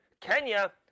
Kenya